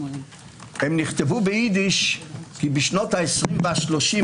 הם נכתבו ביידיש כי בשנות העשרים והשלושים,